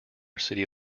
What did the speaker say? city